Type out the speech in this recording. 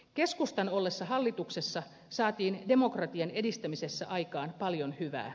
keskustan ollessa hallituksessa saatiin demokratian edistämisessä aikaan paljon hyvää